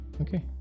Okay